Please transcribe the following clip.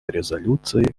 резолюции